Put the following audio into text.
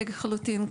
לחלוטין כן.